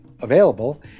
available